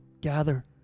gather